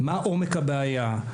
מה עומק הבעיה,